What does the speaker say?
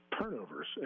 turnovers